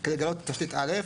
כדי לגלות תשתית א'